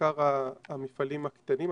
בעיקר המפעלים הקטנים.